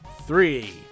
three